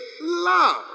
love